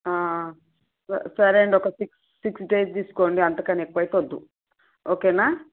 స సరే అండి ఒక సిక్స్ సిక్స్ డేస్ తీసుకోండి అంతకన్న ఎక్కువ అయితే వద్దు ఓకేనా